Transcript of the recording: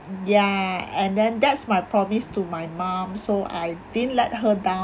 ya and then that's my promise to my mom so I didn't let her down